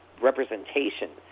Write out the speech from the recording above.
representation